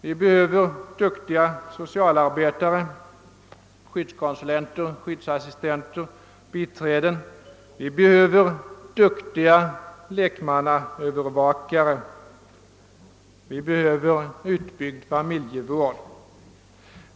Det behövs duktiga socialarbetare, skyddskonsulenter, skyddsassistenter och biträden. Vi behöver duktiga lekmannaövervakare och en utbyggd familjevård.